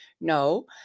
No